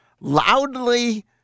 loudly